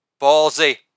Ballsy